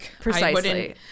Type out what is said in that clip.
precisely